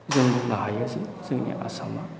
जों बुंनो हायो जे जोंनि आसामाव